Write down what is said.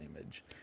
image